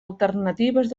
alternatives